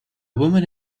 woman